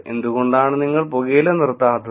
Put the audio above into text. എന്തുകൊണ്ടാണ് നിങ്ങൾ പുകയില നിർത്താത്തത്